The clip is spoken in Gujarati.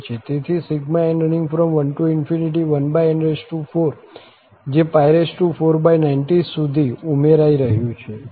તેથી n11n4 જે 490 સુધી ઉમેરાઈ રહ્યું છે